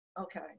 Okay